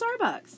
Starbucks